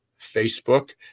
Facebook